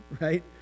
right